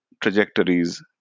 trajectories